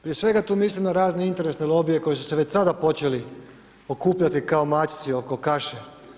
Prije svega, tu mislim na razne interesne lobije koji su se već sada počeli okupljati kao mačci oko kaše.